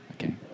Okay